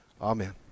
Amen